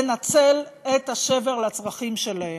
לנצל את השבר לצרכים שלהם.